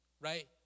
right